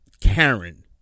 Karen